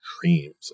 dreams